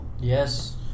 Yes